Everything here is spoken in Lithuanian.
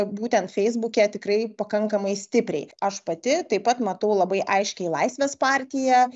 būtent feisbuke tikrai pakankamai stipriai aš pati taip pat matau labai aiškiai laisvės partiją